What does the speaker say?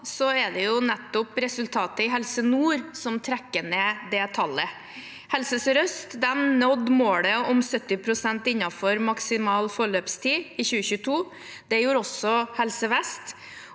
er det nettopp resultatet i Helse Nord som trekker ned det tallet. Helse Sør-Øst nådde målet om 70 pst. innenfor maksimal forløpstid i 2022. Det gjorde også Helse Vest.